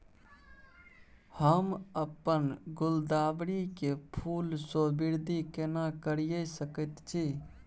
हम अपन गुलदाबरी के फूल सो वृद्धि केना करिये सकेत छी?